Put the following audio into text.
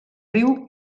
riu